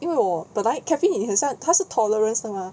因为我本来 caffeine 也很像他也是 tolerance 是吗